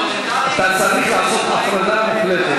חבר הכנסת מקלב.